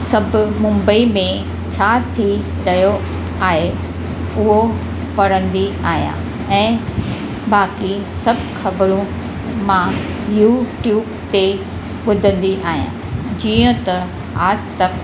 सभु मुंबई में छा थी रहियो आहे उहो पढ़ंदी आहियां ऐं बाक़ी सभु ख़बरूं मां यूट्यूब ते ॿुधंदी आहियां जीअं त आज तक